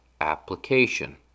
application